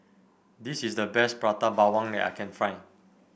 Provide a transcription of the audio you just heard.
this is the best Prata Bawang that I can find